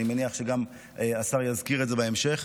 אני מניח שגם השר יזכיר את זה בהמשך.